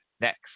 Next